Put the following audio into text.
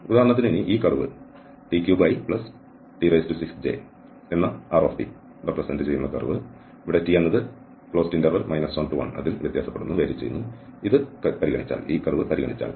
ഉദാഹരണത്തിന് ഈ curve t3it6j t എന്നത് 11 ൽ വ്യത്യാസപ്പെടുന്നു ഇവിടെ പരിഗണിച്ചാൽ